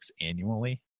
annually